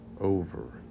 over